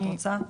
את רוצה?